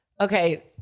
Okay